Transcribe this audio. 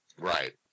right